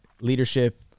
leadership